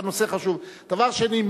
דבר שני,